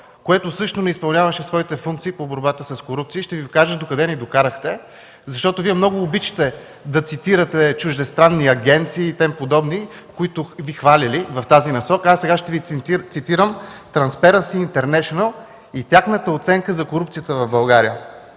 което също не изпълняваше своите функции по борбата с корупцията. Ще Ви кажа докъде ни докарахте, защото Вие много обичате да цитирате чуждестранни агенции и тем подобни, които Ви хвалели в тази насока. Сега аз ще Ви цитирам „Трансперънси интернешънъл” и тяхната оценка за корупцията в България.